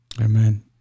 amen